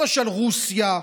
למשל רוסיה,